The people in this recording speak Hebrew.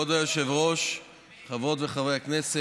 53 תומכים,